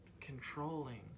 controlling